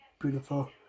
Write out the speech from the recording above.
beautiful